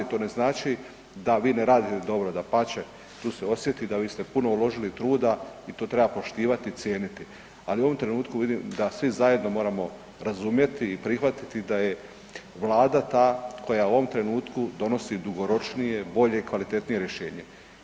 To ne znači da vi ne radite dobro, dapače, tu se osjeti vi ste puno uložili truda i to treba poštivati i cijeniti, ali u ovom trenutku vidim da svi zajedno moramo razumjeti i prihvatiti da je Vlada ta koja u ovom trenutku donosi dugoročnije, bolje i kvalitetnije rješenje.